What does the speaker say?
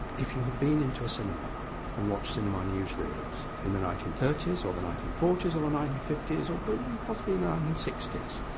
if you had been into a cinema and watched cinema newsreels in the nineteen thirty s or the nineteen forty s or the nineteen fifty s or even possibly the nineteen sixty s,